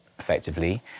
effectively